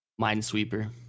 Minesweeper